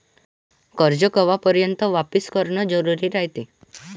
कर्ज कवापर्यंत वापिस करन जरुरी रायते?